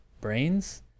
brains